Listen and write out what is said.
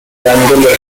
dándole